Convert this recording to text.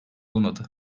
olmadı